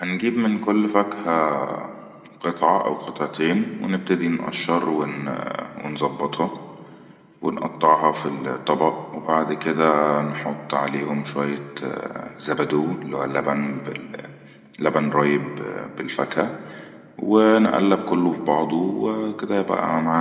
هنجيب من كل فكههااء قطعه او قطعتين ونبدأ نقشر ونزبطها ونقطعها في الطبأ وبعد كده نحط عليهم شوية زبدو اللي هو اللبن رايب بالفكهه ونئلب كله في بعضه وكده بقى معان